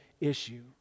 issue